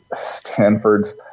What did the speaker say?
Stanford's